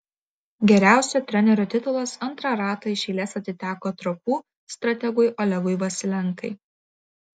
geriausio trenerio titulas antrą ratą iš eilės atiteko trakų strategui olegui vasilenkai